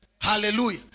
Hallelujah